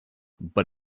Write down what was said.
but